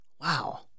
Wow